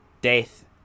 death